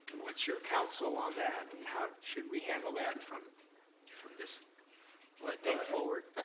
what's your counsel on that and how should we handle that from from this like date forward?